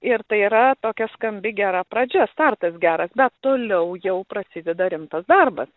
ir tai yra tokia skambi gera pradžia startas geras bet toliau jau prasideda rimtas darbas